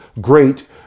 great